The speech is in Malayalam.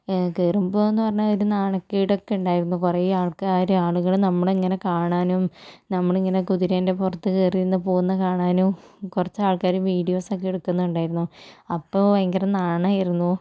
കയറുമ്പോഴെന്ന് പറഞ്ഞാൽ ഒരു നാണക്കേടൊക്കെയുണ്ടായിരുന്നു കുറേ ആൾക്കാർ ആളുകൾ നമ്മളിങ്ങനെ കാണാനും നമ്മളിങ്ങനെ കുതിരേൻ്റെ പുറത്ത് കയറി ഇരുന്ന് പോകുന്ന കാണാനും കുറച്ച് ആൾക്കാർ വീഡിയോസൊക്കെ എടുക്കുന്നുണ്ടായിരുന്നു അപ്പോൾ ഭയങ്കര നാണമായിരുന്നു